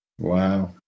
Wow